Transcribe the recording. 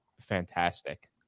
fantastic